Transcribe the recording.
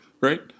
right